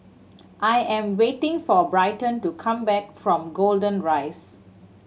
I am waiting for Bryton to come back from Golden Rise